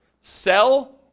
sell